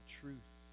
truth